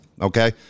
Okay